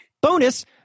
bonus